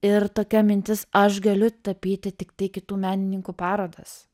ir tokia mintis aš galiu tapyti tiktai kitų menininkų parodas